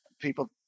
people